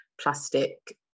plastic